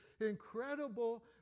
incredible